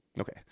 Okay